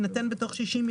זה בתוספות.